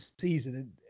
season